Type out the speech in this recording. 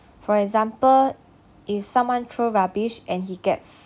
for example if someone throw rubbish and he gets